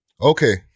Okay